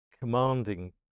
commanding